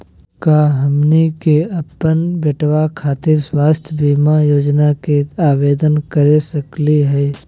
का हमनी के अपन बेटवा खातिर स्वास्थ्य बीमा योजना के आवेदन करे सकली हे?